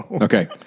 Okay